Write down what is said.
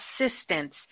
assistance